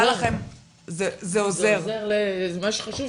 מה שחשוב,